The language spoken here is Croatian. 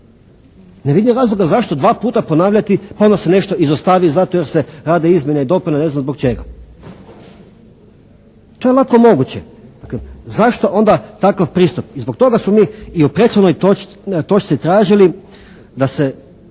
Ne vidim razloga zašto dva puta ponavljati, pa onda se nešto izostavi zato jer se rade izmjene i dopune ne znam zbog čega. To je lako moguće. Dakle, zašto onda takav pristup? I zbog toga smo mi i u prethodnoj točci tražili da se